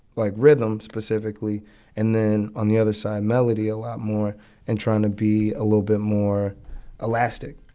like rhythm specifically and then on the other side, melody a lot more and trying to be a little bit more elastic.